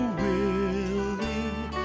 willing